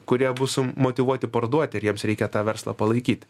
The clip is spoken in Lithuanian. kurie bus motyvuoti parduoti ir jiems reikia tą verslą palaikyt